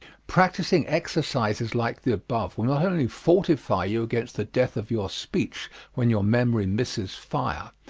practising exercises like the above will not only fortify you against the death of your speech when your memory misses fire,